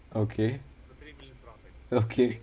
okay okay